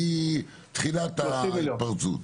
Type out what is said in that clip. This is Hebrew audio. מתחילת ההתפרצות?